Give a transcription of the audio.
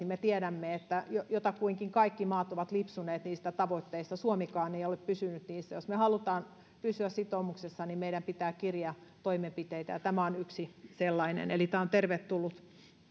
me tiedämme että jotakuinkin kaikki maat ovat lipsuneet niistä tavoitteista ja sitoumuksista mitä helcomin piirissä maat ovat tehneet suomikaan ei ole pysynyt niissä jos me haluamme pysyä sitoumuksessa niin meidän pitää kiriä toimenpiteitä ja tämä on yksi sellainen eli tämä lakiesitys on tervetullut